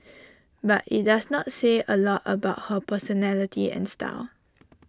but IT does not say A lot about her personality and style